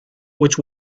which